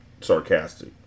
sarcastic